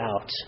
out